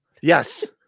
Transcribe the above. Yes